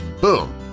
boom